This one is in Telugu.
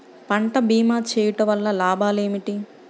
పంట భీమా చేయుటవల్ల లాభాలు ఏమిటి?